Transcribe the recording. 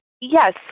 Yes